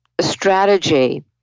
strategy